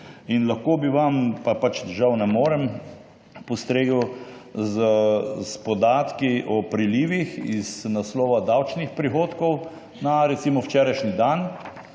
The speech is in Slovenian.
Lahko bi vam, pa žal ne morem, postregel s podatki o prilivih iz naslova davčnih prihodkov na recimo včerajšnji dan,